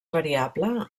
variable